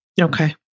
Okay